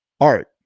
art